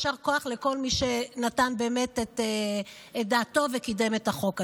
יישר כוח לכל מי שנתן באמת את דעתו וקידם את החוק הזה.